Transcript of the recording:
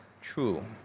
true